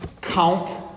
Count